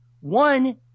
One